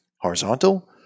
horizontal